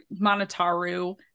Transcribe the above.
Monotaru